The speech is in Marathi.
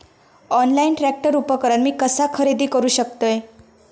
ऑनलाईन ट्रॅक्टर उपकरण मी कसा खरेदी करू शकतय?